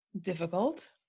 difficult